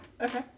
Okay